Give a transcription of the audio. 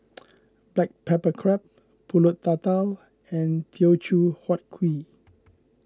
Black Pepper Crab Pulut Tatal and Teochew Huat Kuih